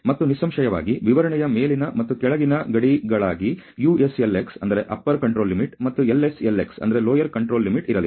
ಮತ್ತು ನಿಸ್ಸಂಶಯವಾಗಿ ವಿವರಣೆಯ ಮೇಲಿನ ಮತ್ತು ಕೆಳಗಿನ ಗಡಿಗಳಾಗಿ USLX ಮತ್ತು LSLX ಇರಲಿದೆ